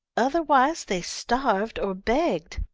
otherwise they starved or begged.